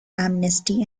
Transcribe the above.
amnesty